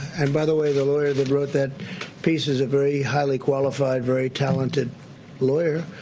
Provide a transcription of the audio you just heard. and by the way, the lawyer that wrote that piece is a very highly qualified, very talented lawyer.